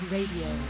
Radio